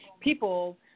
people